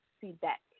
feedback